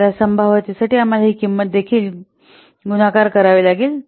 तर या संभाव्यतेसह आम्हाला ही किंमत देखील गुणाकार करावी लागेल